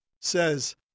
says